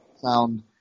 sound